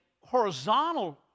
horizontal